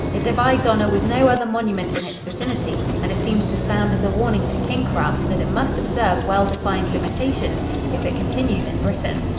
it divides honor with no other monument in its vicinity and it seems to stand as a warning to kingcraft that it must observe well defined limitations if it continues in britain.